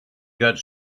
got